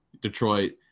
Detroit